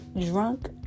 drunk